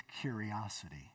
curiosity